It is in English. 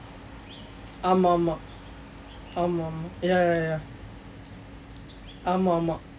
ஆமாம் ஆமாம் ஆமாம் ஆமாம்:aamaam aamaam aamaam aamaam ya ya ya ஆமாம் ஆமாம்:aamaam aamaam